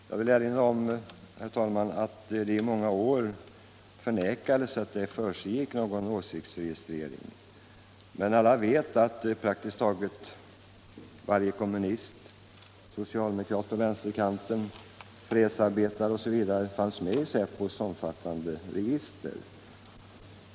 Herr talman! Jag vill erinra om att det i många år förnekades att det försiggick någon åsiktsregistrering här i landet, men alla vet att praktiskt taget varje kommunist, socialdemokrat på vänsterkanten, fredsarbetare osv. fanns med i säpos omfattande register.